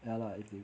ya lah if you